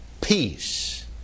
peace